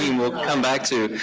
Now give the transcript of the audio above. we'll come back to.